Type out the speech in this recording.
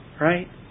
Right